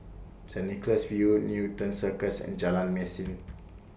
Saint Nicholas View Newton Circus and Jalan Mesin